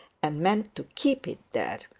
and meant to keep it there.